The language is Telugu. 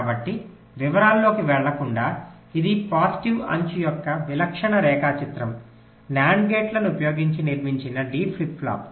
కాబట్టి వివరాల్లోకి వెళ్లకుండా ఇది పాజిటివ్ అంచు యొక్క విలక్షణ రేఖాచిత్రం NAND గేట్లను ఉపయోగించి నిర్మించిన D ఫ్లిప్ ఫ్లాప్